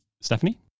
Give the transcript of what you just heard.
Stephanie